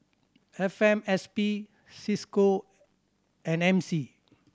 F M S P Cisco and M C